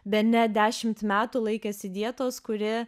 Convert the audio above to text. bene dešimt metų laikėsi dietos kuri